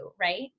right